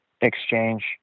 exchange